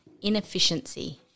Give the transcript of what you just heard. inefficiency